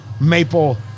maple